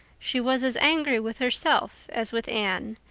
she was as angry with herself as with anne,